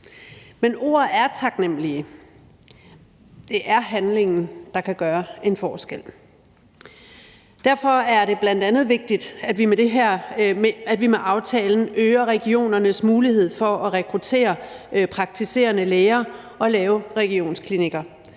Men ord er taknemlige – det er handlingen, der kan gøre en forskel. Derfor er det bl.a. vigtigt, at vi med aftalen øger regionernes mulighed for at rekruttere praktiserende læger og lave regionsklinikker.